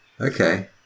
Okay